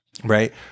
Right